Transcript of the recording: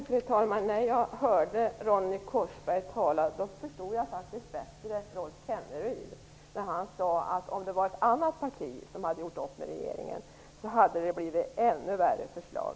Fru talman! När jag hörde Ronny Korsberg tala förstod jag faktiskt Rolf Kenneryd bättre när han sade att om det var ett annat parti som hade gjort upp med regeringen hade det blivit ett ännu sämre förslag.